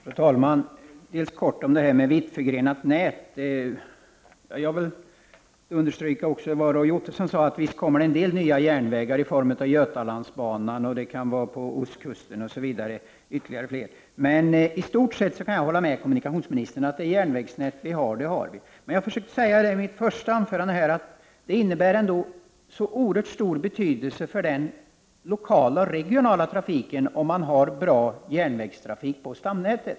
Fru talman! Jag skall något kort kommentera det som sagts om ”ett vittförgrenat nät”. Jag vill understryka det som även Roy Ottosson sade, nämligen att det visst kommer fram en del nya järnvägar i form av Götalandsbanan, banor på Ostkusten osv. Men i stort sett kan jag hålla med kommunikationsministern om att det järnvägsnät vi har — det har vi. Jag försökte i mitt inledningsanförande påpeka att det är av oerhört stor betydelse för den lokala och regionala trafiken att vi har bra järnvägstrafik på stamnätet.